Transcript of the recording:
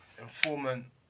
Informant